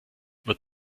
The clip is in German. wird